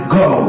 go